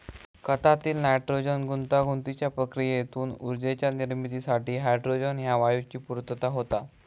खतातील नायट्रोजन गुंतागुंतीच्या प्रक्रियेतून ऊर्जेच्या निर्मितीसाठी हायड्रोजन ह्या वायूची पूर्तता होता